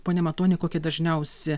pone matoni kokie dažniausi